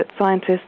scientists